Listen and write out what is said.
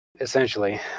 Essentially